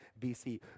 bc